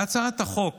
בהצעת החוק